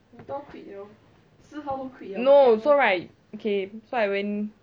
no so right okay so I went